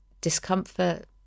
discomfort